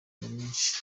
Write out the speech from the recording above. nyamwinshi